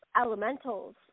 elementals